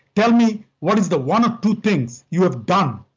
tell me what is the one or two things you have done